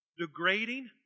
degrading